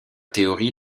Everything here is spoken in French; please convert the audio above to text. théorie